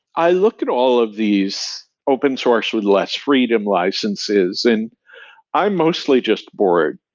i looked at all of these open source with less freedom licenses, and i'm mostly just board.